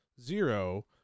zero